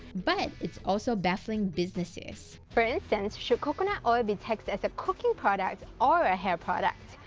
but it's also baffling businesses. for instance, should coconut oil be taxed as a cooking product, or a hair product?